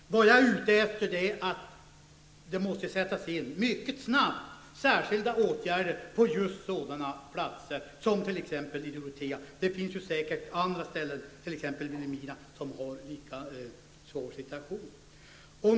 Vad jag är ute efter är att man mycket snabbt måste sätta in särskilda åtgärder på just sådana platser som t.ex. Dorotea. Det finns säkert andra ställen -- t.ex. Vilhelmina -- som har en lika svår situation.